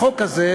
החוק הזה,